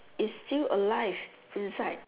is still alive inside